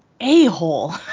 a-hole